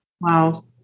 Wow